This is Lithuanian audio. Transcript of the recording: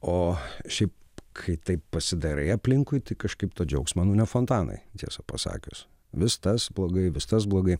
o šiaip kai taip pasidairai aplinkui tai kažkaip to džiaugsmo nu ne fontanai tiesą pasakius vis tas blogai vis tas blogai